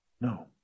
No